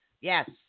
Yes